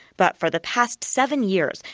but for the past seven years,